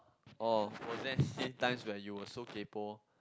oh was there same time when you were so kaypo